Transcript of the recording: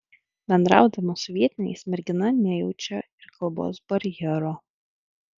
bendraudama su vietiniais mergina nejaučia ir kalbos barjero